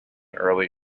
early